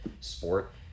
sport